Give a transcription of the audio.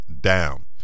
down